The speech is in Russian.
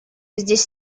здесь